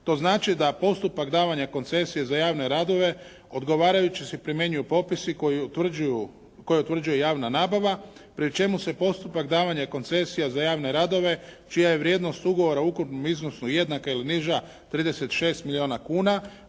To znači da postupak davanja koncesije za javne radove odgovarajući se primjenjuju popisi koje utvrđuje javna nabava, pri čemu se postupak davanja koncesija za javne radove čija je vrijednost ugovora u ukupnom iznosu jednaka ili niža 36 milijuna kuna,